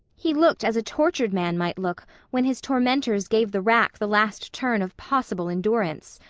he looked as a tortured man might look when his tormentors gave the rack the last turn of possible endurance.